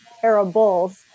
parables